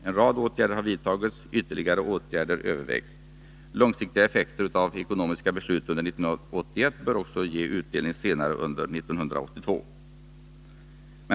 En rad åtgärder har vidtagits, ytterligare åtgärder övervägs. Långsiktiga effekter av ekonomiska beslut under 1981 bör också ge utdelning senare under 1982.